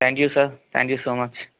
thank you sir thank you so much